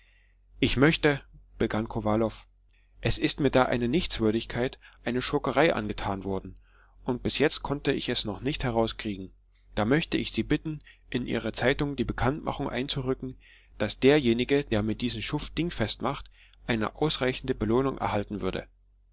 ich möchte begann kowalow es ist mir da eine nichtswürdigkeit eine schurkerei angetan worden und bis jetzt konnte ich es noch nicht herauskriegen da möchte ich sie bitten in ihre zeitung die bekanntmachung einzurücken daß derjenige der mir diesen schuft dingfest macht eine ausreichende belohnung erhalten würde